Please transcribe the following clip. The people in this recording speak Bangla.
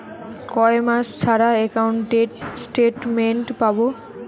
কয় মাস ছাড়া একাউন্টে স্টেটমেন্ট পাব?